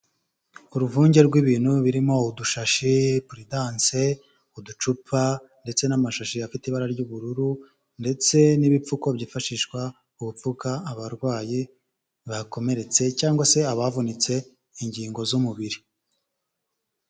Uruvunge rw'ibintu birimo udushashi, puridanse, uducupa ndetse n'amashashi afite ibara ry'ubururu ndetse n'ibipfuko byifashishwa mu gupfuka abarwayi bakomeretse cyangwa se abavunitse ingingo z'umubiri.